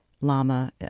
lama